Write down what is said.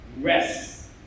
rest